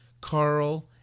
Carl